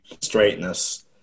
straightness